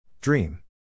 Dream